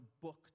book